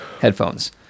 headphones